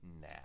Now